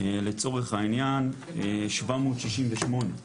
לצורך העניין, 768 .